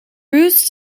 roos